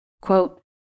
Quote